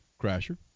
Crasher